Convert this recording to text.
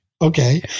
Okay